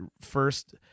first